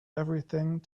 everything